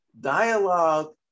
Dialogue